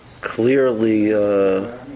clearly